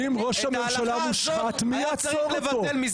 ואם ראש הממשלה מושחת מי יעצור אותו?